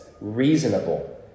reasonable